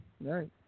Right